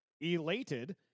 Elated